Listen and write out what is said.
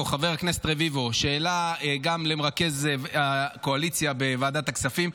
שאלה גם למרכז הקואליציה בוועדת הכספים,